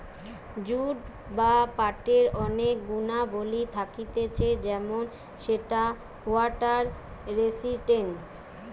jute বা পাটের অনেক গুণাবলী থাকতিছে যেমন সেটা ওয়াটার রেসিস্টেন্ট